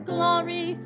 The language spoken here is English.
glory